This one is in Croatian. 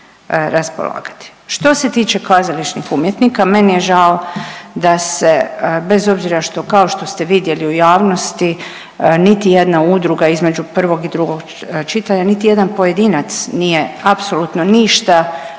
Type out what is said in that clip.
Što se tiče kazališnih umjetnika, meni je žao da se bez obzira što, kao što ste vidjeli u javnosti, niti jedna udruga između prvog i drugog čitanja, niti jedan pojedinac nije apsolutno ništa